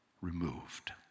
removed